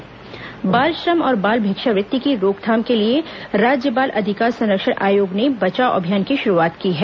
बाल श्रम अभियान बाल श्रम और बाल भिक्षावृत्ति की रोकथाम के लिए राज्य बाल अधिकार संरक्षण आयोग ने बचाव अभियान की शुरुआत की है